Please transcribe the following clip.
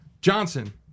Johnson